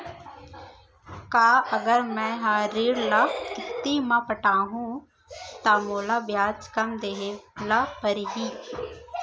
का अगर मैं हा ऋण ल किस्ती म पटाहूँ त मोला ब्याज कम देहे ल परही?